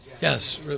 Yes